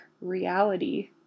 reality